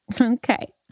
Okay